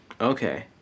Okay